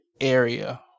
area